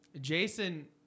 Jason